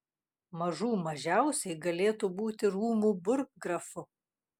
mažų mažiausiai galėtų būti rūmų burggrafu